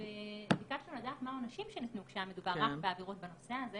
ביקשנו לדעת מה העונשים כשהיה מדובר רק בעבירות בנושא הזה